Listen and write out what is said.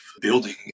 building